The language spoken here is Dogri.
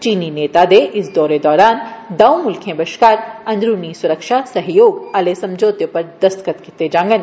चीनी नेता दे इस दौरे दौरान दंऊ मुल्खे बश्कार 'अन्दरुनी सुरक्षा सहयोग' आह्ले समझौते उप्पर दस्तख्त कीते जांगन